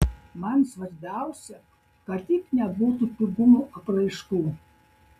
man svarbiausia kad tik nebūtų pigumo apraiškų